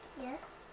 yes